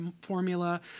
formula